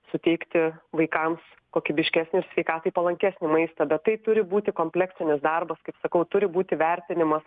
suteikti vaikams kokybiškesnį ir sveikatai palankesnį maistą bet tai turi būti kompleksinis darbas kaip sakau turi būti vertinimas